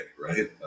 right